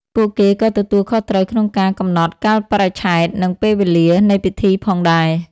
ពួកគេក៏ទទួលខុសត្រូវក្នុងការ កំណត់កាលបរិច្ឆេទ និងពេលវេលា នៃពិធីផងដែរ។